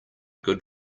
good